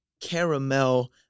caramel